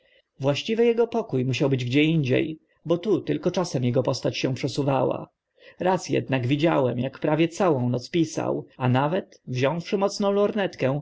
właściwy ego pokó musiał być gdzie indzie bo tu tylko czasem ego postać się przesuwała raz ednak widziałem ak prawie całą noc pisał a nawet wziąwszy mocną lornetkę